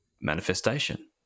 manifestation